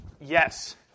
Yes